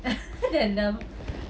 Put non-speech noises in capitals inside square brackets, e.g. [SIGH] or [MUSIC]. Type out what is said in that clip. [LAUGHS] dalam